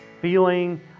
feeling